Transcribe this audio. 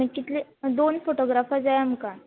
कितले दोन फोटोग्राफार जाय आमकां